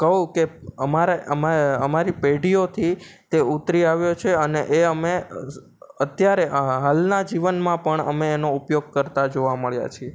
કહું તો અમારા અમારી પેઢીઓથી તે ઉતરી આવ્યો છે અને એ અમે અત્યારે હાલના જીવનમાં પણ અમે એનો ઉપયોગ કરતાં જોવા મળ્યા છીએ